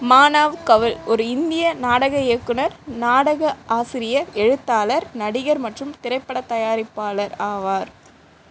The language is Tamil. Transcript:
மானவ் கவுல் ஒரு இந்திய நாடக இயக்குனர் நாடக ஆசிரியர் எழுத்தாளர் நடிகர் மற்றும் திரைப்படத் தயாரிப்பாளர் ஆவார்